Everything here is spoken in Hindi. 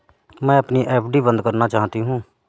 मैं अपनी एफ.डी बंद करना चाहती हूँ